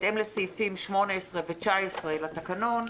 בהתאם לסעיפים 18 ו-19 לתקנון,